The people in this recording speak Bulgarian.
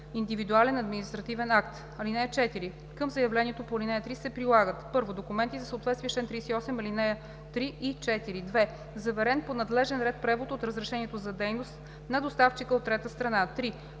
индивидуален административен акт. (4) Към заявлението по ал. 3 се прилагат: 1. документи за съответствие с чл. 38, ал. 3 и 4; 2. заверен по надлежен ред превод от разрешението за дейност на доставчика от трета страна; 3.